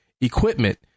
equipment